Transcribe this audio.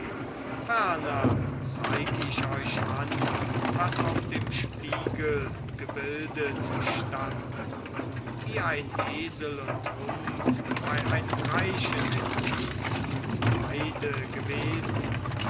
zeig ich euch an was auf dem spiegel gebildet stand wie ein esel und hund bei einem reichen in diensten beide gewesen